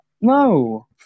No